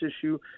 issue